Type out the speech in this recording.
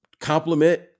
complement